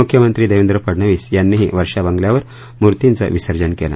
मुख्यमंत्री देवेद्र फडनवीस यानीही वर्षा बंगल्यावर मूर्तिचं विसर्जन केलं